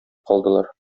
калдылар